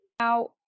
Now